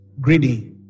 greedy